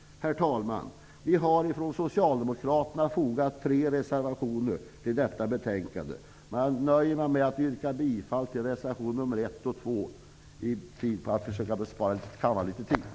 Herr talman! Socialdemokraterna har fogat tre reservationer till detta betänkande. I syfte att bespara kammaren litet tid nöjer jag mig med att yrka bifall till reservationerna nr 1 och 2.